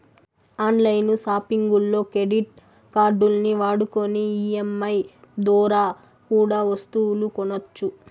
on line సాపింగుల్లో credit కార్డుల్ని వాడుకొని ఈ.ఎం.ఐ దోరా కూడా ఒస్తువులు కొనొచ్చు